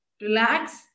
Relax